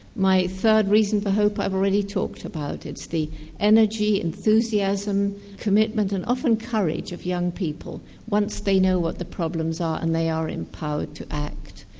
my third reason for hope i've already talked about, it's the energy, enthusiasm, commitment and often courage of young people once they know what the problems are and they are empowered to act.